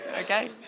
okay